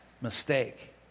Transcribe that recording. mistake